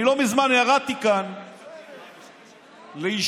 אני לא מזמן ירדתי כאן לישיבה,